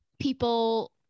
people